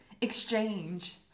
exchange